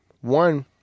one